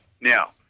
Now